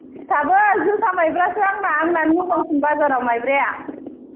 सिथाबो जोसा माइब्रासो आंना आंनानो मोजांसिन बाजाराव माइब्राया